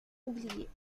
oubliés